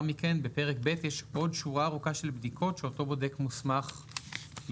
מכן בפרק ב' יש עוד שורה ארוכה של בדיקות שאותו בודק מוסמך יבצע.